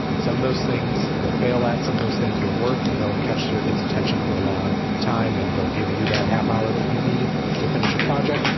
some of those things you'll fail at some of those things will work and they'll catch your kids attention for a long time and they'll give you that half hour that you need to finish a project.